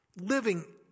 living